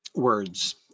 words